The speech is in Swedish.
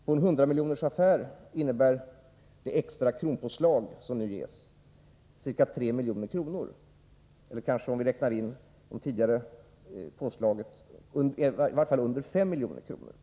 För en hundramiljonersaffär innebär det extra kronpåslag som nu görs ca 3 milj.kr. eller — om vi räknar in det tidigare påslaget — kanske nästan 5 milj.kr.